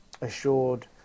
assured